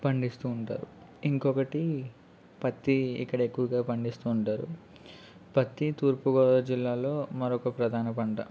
పండిస్తు ఉంటారు ఇంకొకటి పత్తి ఇక్కడ ఎక్కువగా పండిస్తు ఉంటారు పత్తి తూర్పుగోదావరి జిల్లాలో మరొక ప్రధాన పంట